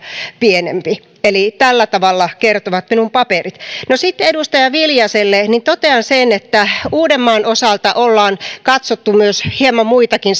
pienempi tällä tavalla kertovat minun paperini no sitten edustaja viljaselle totean sen että uudenmaan osalta ollaan katsottu myös hieman muitakin